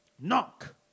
Knock